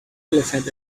elephant